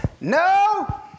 no